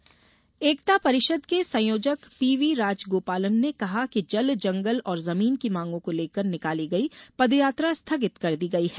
सत्याग्रही एकता परिषद के संयोजक पीवीराजगोपालन ने कहा कि जलजंगल और जमीन की मांगों को लेकर निकाली गयी पदयात्रा स्थगित कर दी गयी है